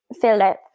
Philip